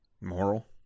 moral